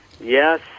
Yes